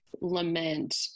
lament